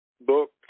book